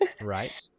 Right